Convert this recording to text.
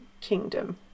kingdom